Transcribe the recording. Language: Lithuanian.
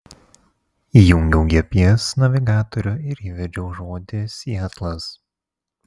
įjungiau gps navigatorių ir įvedžiau žodį sietlas